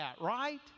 right